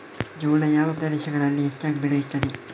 ಜೋಳ ಯಾವ ಪ್ರದೇಶಗಳಲ್ಲಿ ಹೆಚ್ಚಾಗಿ ಬೆಳೆಯುತ್ತದೆ?